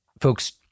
folks